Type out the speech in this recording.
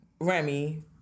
Remy